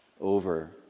over